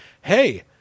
hey